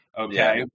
Okay